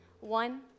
One